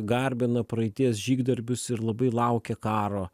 garbina praeities žygdarbius ir labai laukia karo